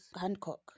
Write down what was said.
Hancock